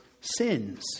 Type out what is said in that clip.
sins